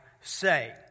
say